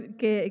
que